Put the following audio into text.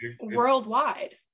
worldwide